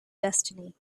destiny